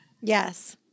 yes